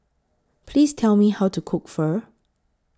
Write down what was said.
Please Tell Me How to Cook Pho